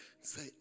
say